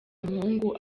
muhungu